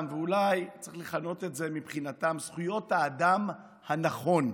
ואולי צריך לכנות את זה מבחינתם "זכויות האדם הנכון".